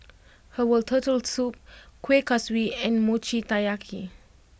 Herbal Turtle Soup Kueh Kaswi and Mochi Taiyaki